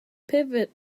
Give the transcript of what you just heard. pivot